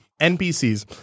NPCs